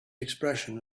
expression